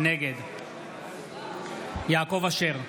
נגד יעקב אשר,